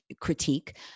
critique